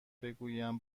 بگویم